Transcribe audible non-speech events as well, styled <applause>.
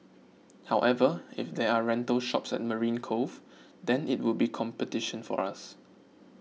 however if there are rental shops at Marine Cove <noise> then it would be competition for us